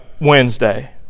Wednesday